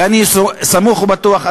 ואני סמוך ובטוח,